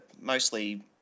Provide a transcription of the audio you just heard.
mostly